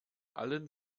allen